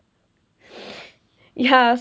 ya